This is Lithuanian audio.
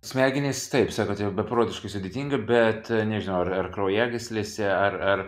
smegenys taip sakot jau beprotiškai sudėtinga bet nežinau ar ar kraujagyslėse ar ar